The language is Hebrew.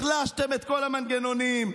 החלשתם את כל המנגנונים,